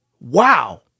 wow